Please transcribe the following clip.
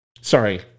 Sorry